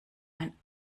mein